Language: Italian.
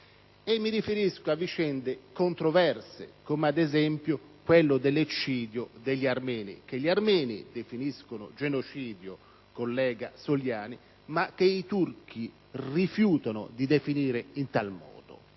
Mi riferisco a vicende controverse come, ad esempio, quella dell'eccidio degli armeni, che gli armeni definiscono genocidio, collega Soliani, ma che i turchi rifiutano di definire in tal modo.